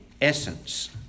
essence